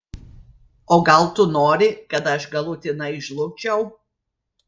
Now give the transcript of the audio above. o gal tu nori kad aš galutinai žlugčiau